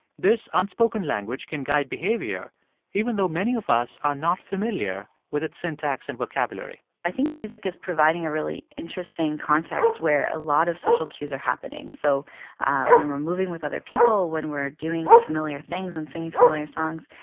this unspoken language can guide behavior even though many of us are not familiar with its syntax and vocabulary i think music is providing a really interesting context where a lot of social cues are happening. so when we're moving with other people, when we're doing familiar things and singing familiar songs,